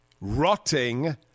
rotting